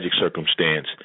circumstance